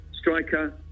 striker